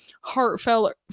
heartfelt